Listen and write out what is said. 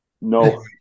No